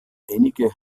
einige